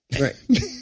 right